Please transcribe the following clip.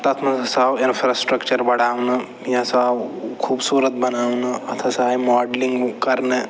تَتھ منٛز ہسا آو اِنفرٛاسٕٹرٛکچَر بڑاونہٕ یہِ ہسا آو خوٗبصوٗرَت بناونہٕ اَتھ ہسا آیہِ ماڈٕلِنٛگ کرنہٕ